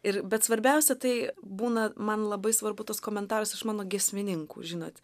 ir bet svarbiausia tai būna man labai svarbu tas komentaras iš mano giesmininkų žinot